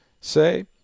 say